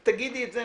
תגידי את זה,